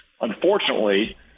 Unfortunately